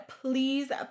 please